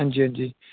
हंजी हंजी